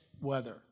weather